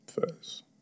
First